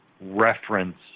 reference